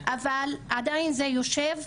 אבל עדיין זה יושב.